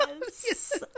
Yes